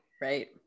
Right